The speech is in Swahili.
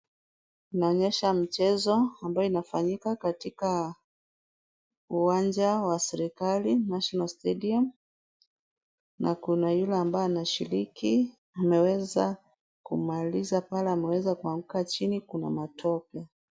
Inaonyesha michezo ambayo inafanyika katika uwanja wa serikali, national stadium , na kuna yule ambaye anashiriki, ameweza kumaliza pale, ameweza kuanguka chini kuna matope.